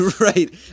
right